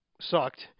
sucked